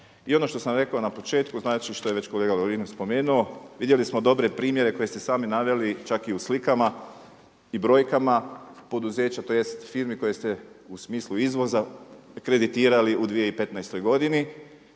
I ono što sam rekao na početku, znači što je već kolega Lovrinović spomenuo vidjeli smo dobre primjere koje ste sami naveli čak i u slikama i brojkama, poduzeća tj. firmi koje ste u smislu izvoza kreditirali u 2015. godini